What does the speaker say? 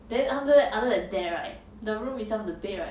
then after that other than that right the room itself the bed right